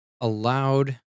allowed